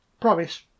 Promise